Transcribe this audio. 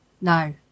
no